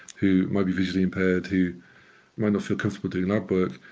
who might be visually impaired, who might not feel comfortable doing lab work,